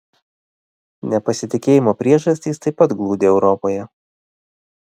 nepasitikėjimo priežastys taip pat glūdi europoje